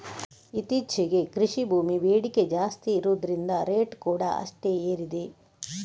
ಇತ್ತೀಚೆಗೆ ಕೃಷಿ ಭೂಮಿ ಬೇಡಿಕೆ ಜಾಸ್ತಿ ಇರುದ್ರಿಂದ ರೇಟ್ ಕೂಡಾ ಅಷ್ಟೇ ಏರಿದೆ